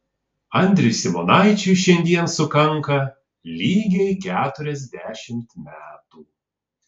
andriui simonaičiui šiandien sukanka lygiai keturiasdešimt metų